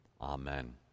Amen